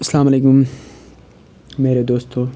اسلام علیکُم میرے دوستو